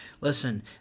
Listen